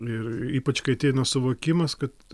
ir ypač kai ateina suvokimas kad